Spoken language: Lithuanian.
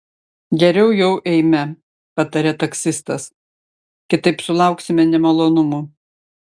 geriau jau eime patarė taksistas kitaip sulauksime nemalonumų